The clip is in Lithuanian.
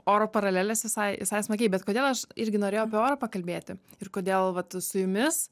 oro paralelės visai visai smagiai bet kodėl aš irgi norėjau apie orą pakalbėti ir kodėl vat su jumis